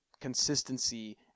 consistency